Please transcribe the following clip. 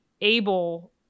able